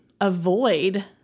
avoid